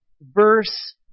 verse